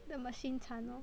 the machine 惨 lor